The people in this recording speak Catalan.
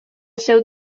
seu